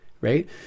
right